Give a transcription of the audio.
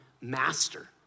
Master